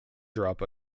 drop